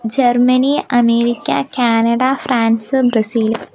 Germany America Canada France Brazil